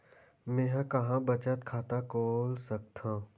मेंहा कहां बचत खाता खोल सकथव?